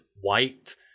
white